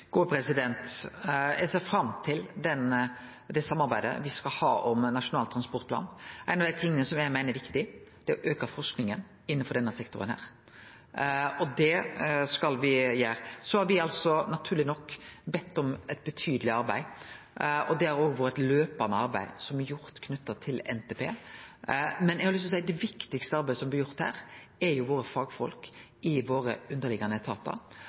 Eg ser fram til det samarbeidet me skal ha om Nasjonal transportplan. Ein av tinga eg meiner er viktig, er å auke forskinga innanfor denne sektoren. Det skal me gjere. Så har me naturleg nok bedt om eit betydeleg arbeid, og det har òg vore eit løpande arbeid knytt til NTP. Men eg har lyst til å seie at det viktigaste arbeidet som blir gjort her, er gjort av fagfolka i dei underliggande etatane våre.